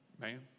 man